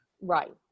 Right